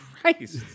Christ